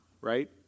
right